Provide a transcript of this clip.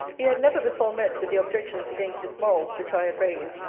he had never before met with the objections against his morals which i had raised,